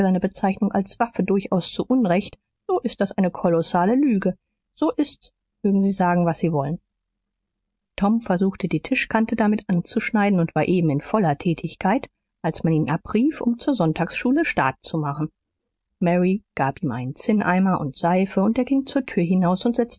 bezeichnung als waffe durchaus zu unrecht so ist das eine kolossale lüge so ist's mögen sie sagen was sie wollen tom versuchte die tischkante damit anzuschneiden und war eben in voller tätigkeit als man ihn abrief um zur sonntagsschule staat zu machen mary gab ihm einen zinneimer und seife und er ging zur tür hinaus und setzte